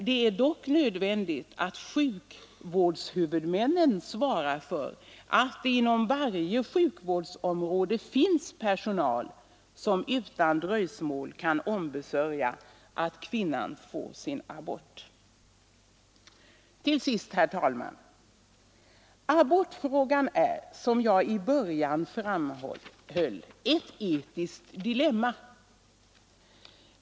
Det är dock nödvändigt att sjukvårdshuvudmännen svarar för att det inom varje sjukvårdsområde finns personal som utan dröjsmål kan ombesörja att kvinnan får sin abort. Till sist, herr talman! Abortfrågan är som jag i början framhöll ett etiskt dilemma.